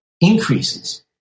increases